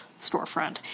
storefront